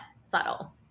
subtle